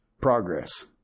progress